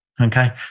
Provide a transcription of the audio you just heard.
Okay